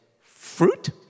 fruit